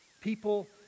People